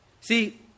See